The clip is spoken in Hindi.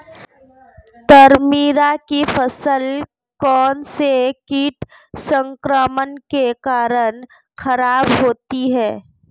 तारामीरा की फसल कौनसे कीट संक्रमण के कारण खराब होती है?